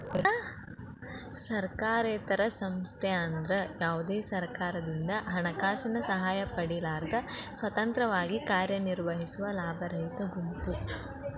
ಸರ್ಕಾರೇತರ ಸಂಸ್ಥೆ ಅಂದ್ರ ಯಾವ್ದೇ ಸರ್ಕಾರದಿಂದ ಹಣಕಾಸಿನ ಸಹಾಯ ಪಡಿಲಾರ್ದ ಸ್ವತಂತ್ರವಾಗಿ ಕಾರ್ಯನಿರ್ವಹಿಸುವ ಲಾಭರಹಿತ ಗುಂಪು